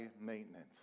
maintenance